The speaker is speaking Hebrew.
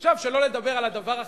עכשיו, שלא לדבר על הדבר החשוב,